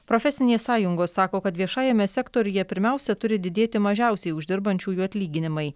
profesinės sąjungos sako kad viešajame sektoriuje pirmiausia turi didėti mažiausiai uždirbančiųjų atlyginimai